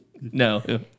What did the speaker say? No